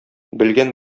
белгән